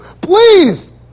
please